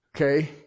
Okay